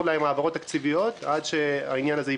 להם העברות תקציביות עד שהעניין הזה ייפתר.